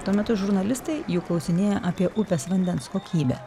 tuo metu žurnalistai jų klausinėja apie upės vandens kokybę